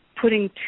putting